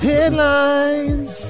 Headlines